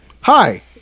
Hi